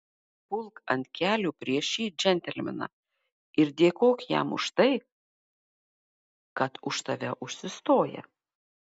pulk ant kelių prieš šį džentelmeną ir dėkok jam už tai kad už tave užsistoja